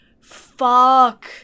fuck